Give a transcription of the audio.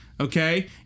Okay